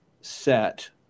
set